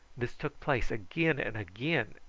this took place again and again,